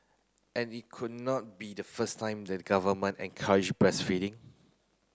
and it could not be the first time the government encouraged breastfeeding